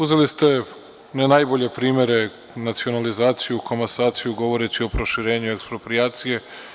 Uzeli ste ne najbolje primere nacionalizaciju, komasaciju, govoreći o proširenju eksproprijacije.